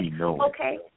okay